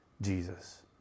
Jesus